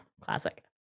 classic